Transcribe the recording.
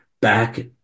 back